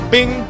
Bing